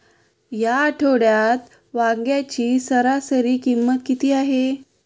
या आठवड्यात वांग्याची सरासरी किंमत किती आहे?